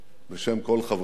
בשם כל חברי הבית